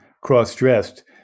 cross-dressed